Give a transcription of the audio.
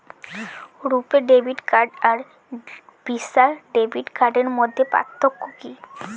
রূপে debit card আর Visa debit কার্ডের মধ্যে পার্থক্য কি?